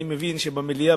אני מבין שבמליאה,